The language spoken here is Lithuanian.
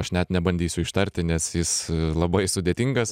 aš net nebandysiu ištarti nes jis labai sudėtingas